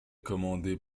commandés